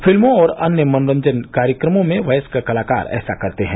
फिल्मों और अन्य मनोरंजन कार्यक्रमों में वयस्क कलाकार ऐसा करते हैं